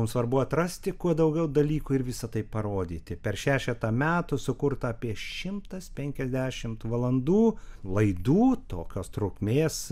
mum svarbu atrasti kuo daugiau dalykų ir visa tai parodyti per šešetą metų sukurta apie šimtas penkiasdešimt valandų laidų tokios trukmės